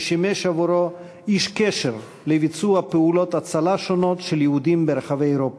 ששימש עבורו איש קשר לביצוע פעולות הצלה שונות של יהודים ברחבי אירופה.